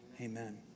Amen